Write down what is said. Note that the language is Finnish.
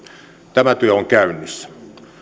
tämä työ on käynnissä